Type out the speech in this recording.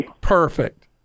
Perfect